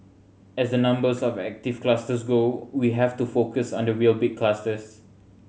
as the numbers of active clusters go we have to focus on the real big clusters